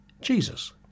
Jesus